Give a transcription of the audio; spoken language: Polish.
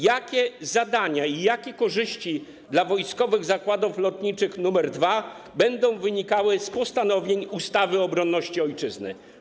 Jakie zadania i jakie korzyści dla Wojskowych Zakładów Lotniczych nr 2 będą wynikały z postanowień ustawy o obronie Ojczyzny?